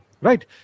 Right